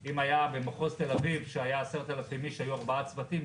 במחוז תל אביב היו 10,000 שהיו ארבעה צוותים,